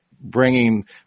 bringing